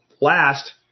Last